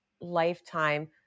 lifetime